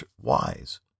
wise